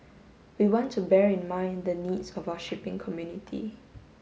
we want to bear in mind the needs of our shipping community